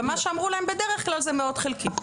ומה שאמרו להם בדרך כלל זה מאוד חלקי.